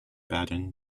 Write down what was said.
baden